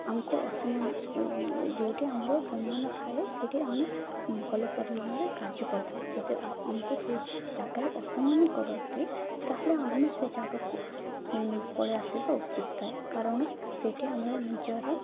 ଆମକୁ ଅସମାନ ଯେଉଁଠି ଆମର ସମ୍ମାନ ଥାଏ ସେଇଠି ଆମେ ଭଲ ପରିମାଣରେ କାର୍ଯ୍ୟ କରିଥାଉ ଯଦି ଆମକୁ ସେଇ ଜାଗାରେ ଅସମାନ କରନ୍ତି ତାହେଲେ ଆମେ ସେ ଜାଗାକୁ ପଳେଇଆସିବା ଉଚିତ୍ ଥାଏ କାରଣ ସେଇଠି ଆମର ନିଜର